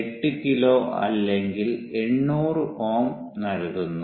8 kilo അല്ലെങ്കിൽ 800 Ω നൽകുന്നു